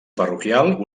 parroquial